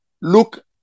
look